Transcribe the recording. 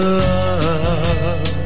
love